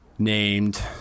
Named